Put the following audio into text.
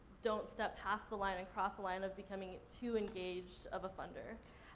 don't step past the line and across the line of becoming too engaged of a funder.